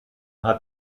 hat